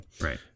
Right